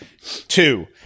Two